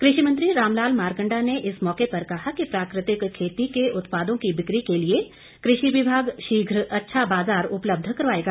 कृषि मंत्री राम लाल मारकंडा ने इस मौके पर कहा कि प्राकृतिक खेती के उत्पादों की बिक्री के लिए कृषि विभाग शीघ्र अच्छा बाजार उपलब्ध करवाएगा